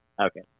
Okay